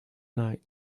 night